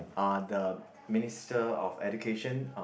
uh the Minister of Education uh